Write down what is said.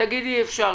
תגיד אי אפשר,